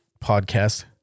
podcast